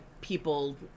people